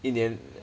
一年